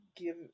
give